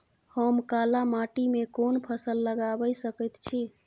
हम काला माटी में कोन फसल लगाबै सकेत छी?